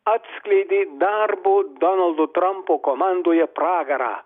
atskleidė darbo donaldo trampo komandoje pragarą